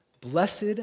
blessed